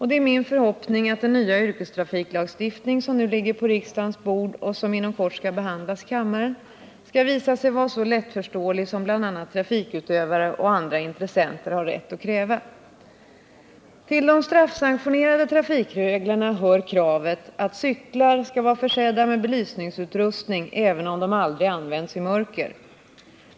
Det är min förhoppning att den nya yrkestrafiklagstiftning, som nu ligger på riksdagens bord och som inom kort skall behandlas i kammaren, skall visa sig vara så lättförståelig som bl.a. trafikutövare och andra intressenter har rätt att kräva. Till de straffsanktionerade trafikreglerna hör kravet att cyklar skall vara försedda med belysningsutrustning även om de aldrig används i mörker.